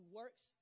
works